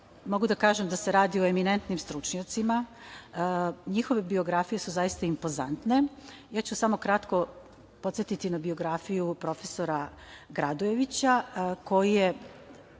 mogu da kažem da se radi o eminentnim stručnjacima. Njihove biografije su zaista impozantne. Ja ću samo kratko podsetiti na biografiju profesora Gradojevića,